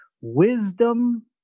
wisdom